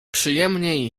przyjemnie